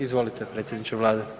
Izvolite predsjedniče Vlade.